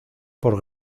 por